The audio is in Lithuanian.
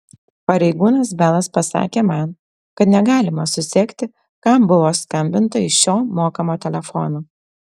pareigūnas belas pasakė man kad negalima susekti kam buvo skambinta iš šio mokamo telefono